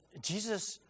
Jesus